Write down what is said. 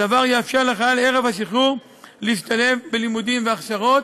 הדבר יאפשר לחייל ערב השחרור להשתלב בלימודים ובהכשרות,